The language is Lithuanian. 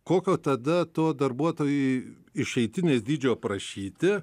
kokio tada to darbuotojui išeitinės dydžio prašyti